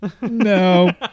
no